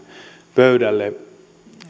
pöydälle